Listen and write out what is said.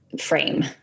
frame